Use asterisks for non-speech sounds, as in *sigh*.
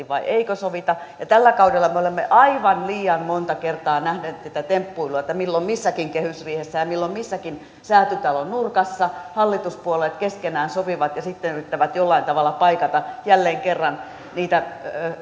*unintelligible* vai eikö sovita ja tällä kaudella me olemme aivan liian monta kertaa nähneet tätä temppuilua että milloin missäkin kehysriihessä ja milloin missäkin säätytalon nurkassa hallituspuolueet keskenään sopivat ja sitten yrittävät jollain tavalla paikata jälleen kerran niitä